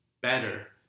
better